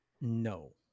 No